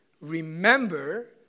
remember